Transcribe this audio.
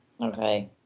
Okay